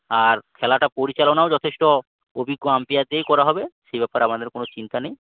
আর খেলাটা পরিচালনাও যথেষ্ট অভিজ্ঞ আম্পায়ার দিয়েই করা হবে সেই ব্যাপারে আমাদের কোনো চিন্তা নেই